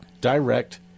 direct